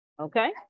Okay